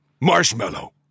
Marshmallow